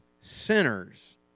sinners